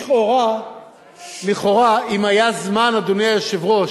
לכאורה אם היה זמן, אדוני היושב-ראש,